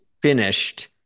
Finished